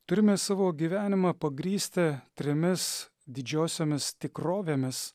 turime savo gyvenimą pagrįsta trimis didžiosiomis tikrovėmis